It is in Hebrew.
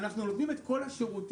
אנחנו נותנים את כל השירותים.